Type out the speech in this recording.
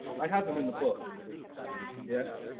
i have him in the book yeah